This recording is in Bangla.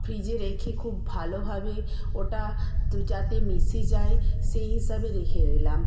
ফ্রিজে রেখে খুব ভালোভাবে ওটা যাতে মিশে যায় সেই হিসাবে রেখে দিলাম